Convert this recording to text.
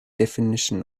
definition